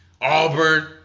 Auburn